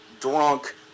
drunk